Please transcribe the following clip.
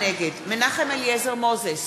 נגד מנחם אליעזר מוזס,